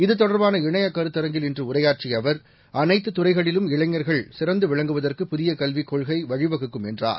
இது தொடர்பான இணைய கருத்தரங்கில் இன்று உரையாற்றிய அவர் அனைத்து துறைகளிலும் இளைஞர்கள் சிறந்து விளங்குவதற்கு புதிய கல்விக் கொள்கை வழிவகுக்கும் என்றார்